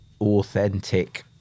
authentic